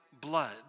blood